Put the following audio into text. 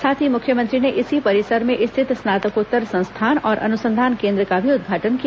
साथ ही मुख्यमंत्री ने इसी परिसर में स्थित स्नातकोत्तर संस्थान और अनुसंधान केन्द्र का भी उद्घाटन किया